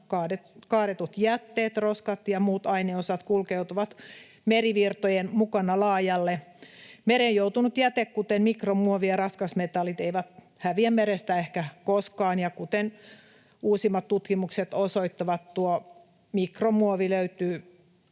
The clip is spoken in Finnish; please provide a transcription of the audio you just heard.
kaadetut jätteet, roskat ja muut ainesosat kulkeutuvat merivirtojen mukana laajalle. Mereen joutunut jäte, kuten mikromuovi ja raskasmetallit, eivät häviä merestä ehkä koskaan, ja kuten uusimmat tutkimukset osoittavat, tuo mikromuovi löytyy